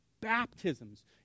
baptisms